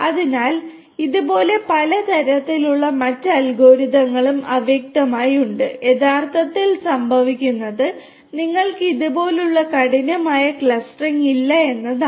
അതിനാൽ ഇതുപോലെ പല തരത്തിലുള്ള മറ്റ് അൽഗോരിതങ്ങളും അവ്യക്തമായി ഉണ്ട് യഥാർത്ഥത്തിൽ സംഭവിക്കുന്നത് നിങ്ങൾക്ക് ഇതുപോലുള്ള കഠിനമായ ക്ലസ്റ്ററിംഗ് ഇല്ല എന്നതാണ്